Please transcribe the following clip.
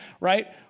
right